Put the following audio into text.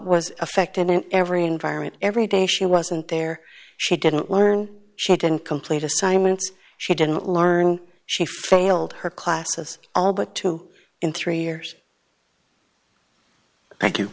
was affected in every environment every day she wasn't there she didn't learn she didn't complete assignments she didn't learn she failed her classes all but two in three years